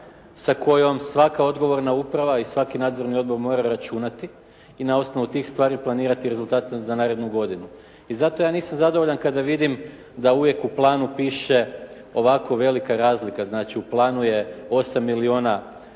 sa kojom svaka odgovorna uprava i svaki nadzorni odbor mora računati i na osnovu tih stvari planirati rezultate za narednu godinu. I zato ja nisam zadovoljan kada vidim da uvijek u planu piše ovako velika razlika. Znači, u planu je 8 milijuna